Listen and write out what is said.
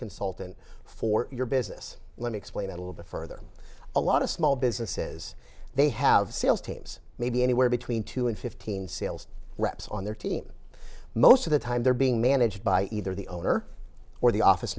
consultant for your business let me explain that a little bit further a lot of small businesses they have sales teams maybe anywhere between two and fifteen sales reps on their team most of the time they're being managed by either the owner or the office